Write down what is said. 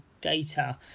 data